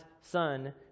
Son